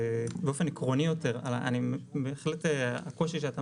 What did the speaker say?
באופן עקרוני יותר אני חושב בהחלט שהקושי שאתה